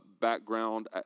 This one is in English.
background